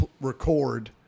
record